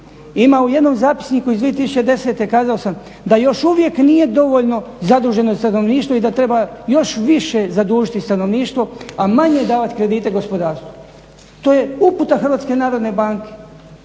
Ima u jednom zapisniku iz 2010.kazao sam da još uvijek nije dovoljno zaduženo stanovništvo i da treba još više zadužiti stanovništvo a manje davat kredite gospodarstvu, to je uputa HNB-a. I sad će